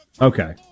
Okay